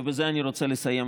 ובזה אני רוצה לסיים,